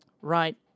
right